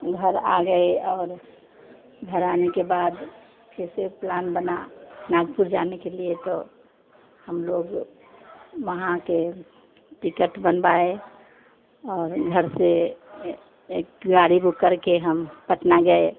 घर आ गए और घर आने के बाद फिर से प्लान बना नागपुर जाने के लिए तो हम लोग वहाँ की टिकट बनवाए और घर से एक गाड़ी बुक करके हम पटना गए